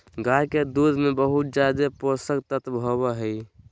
गाय के दूध में बहुत ज़्यादे पोषक तत्व होबई हई